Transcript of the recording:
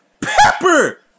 Pepper